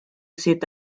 sit